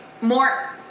more